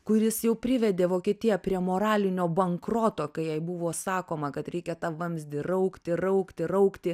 kuris jau privedė vokietiją prie moralinio bankroto kai jai buvo sakoma kad reikia tą vamzdį raukti raukti raukti